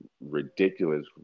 ridiculous